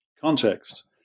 context